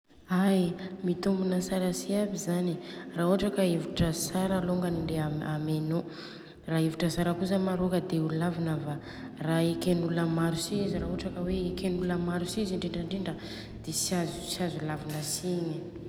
Ai mitombona tsara si aby zany. Ra ohatra ka hevitra tsara alôngany le amenô. Ra hevitra tsara koza marô ka de ho lavina va, ra eken'olona eken'olona maro si izy indrindrindra de tsy azo lavina si Igny.